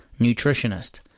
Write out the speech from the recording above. Nutritionist